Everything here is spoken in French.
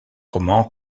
roman